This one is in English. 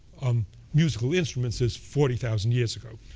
um musical instruments, is forty thousand years ago.